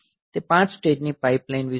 તે 5 સ્ટેજની પાઇપલાઇનિંગ વિશે છે